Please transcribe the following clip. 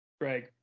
Greg